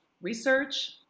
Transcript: research